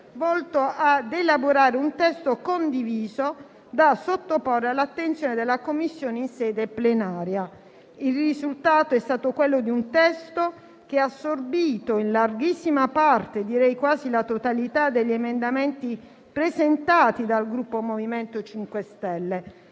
volto ad elaborare un testo condiviso da sottoporre all'attenzione della Commissione in sede plenaria. Il risultato è stato quello di un testo che ha assorbito in larghissima parte, direi quasi la totalità, gli emendamenti presentati dal Gruppo MoVimento 5 Stelle.